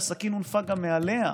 שהסכין הונפה גם מעליה,